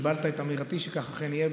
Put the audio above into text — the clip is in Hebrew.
קיבלת את אמירתי שכך אכן יהיה,